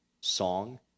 song